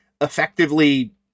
effectively